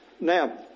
Now